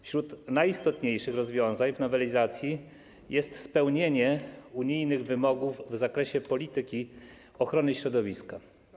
Wśród najistotniejszych rozwiązań w nowelizacji jest spełnienie unijnych wymogów w zakresie polityki ochrony środowiska.